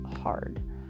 hard